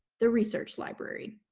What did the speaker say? the research library.